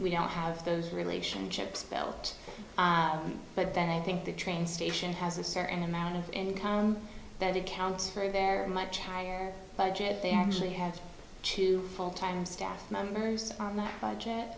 we don't have those relationships built but then i think the train station has a certain amount of in town that accounts for their much higher budget they actually had two full time staff members on the budget